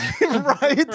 Right